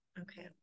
Okay